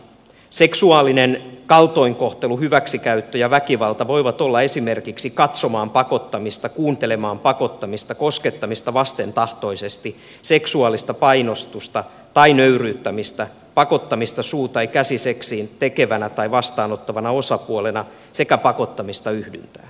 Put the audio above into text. seksuaalinen kaltoinkohtelu hyväksikäyttö ja väkivalta voivat olla esimerkiksi katsomaan pakottamista kuuntelemaan pakottamista koskettamista vastentahtoisesti seksuaalista painostusta tai nöyryyttämistä pakottamista suu tai käsiseksiin tekevänä tai vastaanottavana osapuolena sekä pakottamista yhdyntään